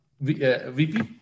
VP